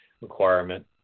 requirement